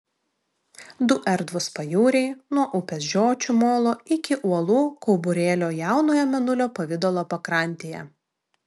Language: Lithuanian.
du erdvūs pajūriai nuo upės žiočių molo iki uolų kauburėlio jaunojo mėnulio pavidalo pakrantėje